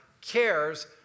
cares